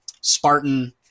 Spartan